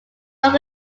look